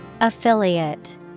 Affiliate